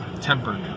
tempered